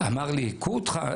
ואמר לי, היכו אותך.